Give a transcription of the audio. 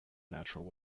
natural